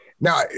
Now